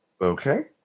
Okay